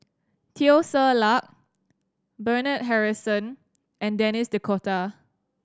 Teo Ser Luck Bernard Harrison and Denis D'Cotta